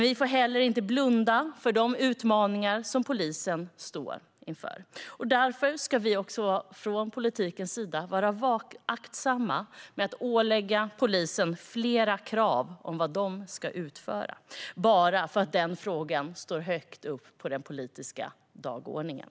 Vi får dock inte blunda för de utmaningar som polisen står inför, och därför måste vi politiker vara aktsamma med att ålägga polisen mer uppgifter bara för att frågan står högt upp på den politiska dagordningen.